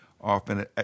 often